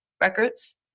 Records